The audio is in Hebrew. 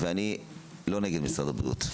ואני לא נגד משרד הבריאות,